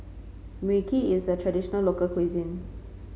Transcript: Mui Kee is a traditional local cuisine